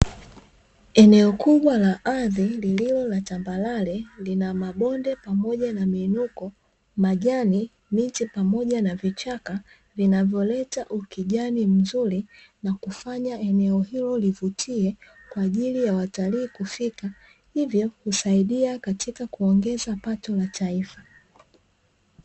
Eneo kubwa la ardhi lililo la tambarare, lina: mabonde pamoja na miunuko, majani, miti pamoja na vichaka vinavyoleta ukijani mzuri na kufanya eneo hilo livutie kwa ajili ya watalii kufika. Hivyo kusaidia katika kuongeza pato la taifa.